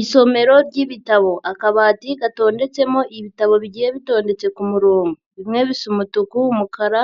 Isomero ry'ibitabo, akabati gatondetsemo ibitabo bigiye bitondetse ku murongo. Bimwe bisa umutuku, umukara,